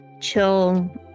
chill